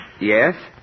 Yes